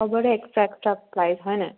সবৰে extra extra price হয়নে